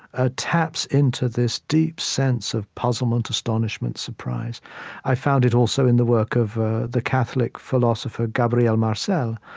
ah taps into this deep sense of puzzlement, astonishment, surprise i found it, also, in the work of the catholic philosopher gabriel marcel.